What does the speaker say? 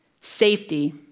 safety